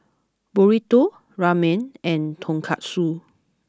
Burrito Ramen and Tonkatsu